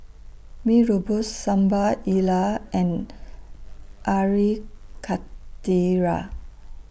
Mee Rebus Sambal Lala and Karthira